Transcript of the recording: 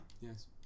Yes